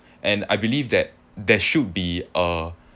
and I believe that there should be a